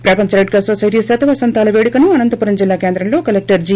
ప్రపంచ red cross society శతవసంతాల పేడుకలను అనంతపురం జిల్లా కేంద్రంలో కలెక్టర్ జి